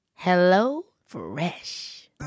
HelloFresh